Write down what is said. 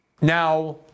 Now